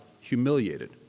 humiliated